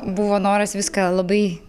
buvo noras viską labai